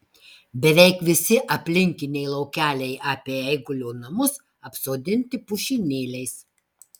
beveik visi aplinkiniai laukeliai apie eigulio namus apsodinti pušynėliais